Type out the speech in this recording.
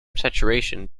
saturation